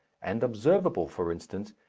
and observable, for instance,